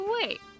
wait